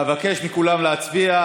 אבקש מכולם להצביע.